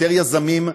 יותר יזמים,